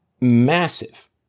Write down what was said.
massive